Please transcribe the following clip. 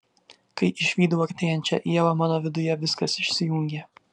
kai išvydau artėjančią ievą mano viduje viskas išsijungė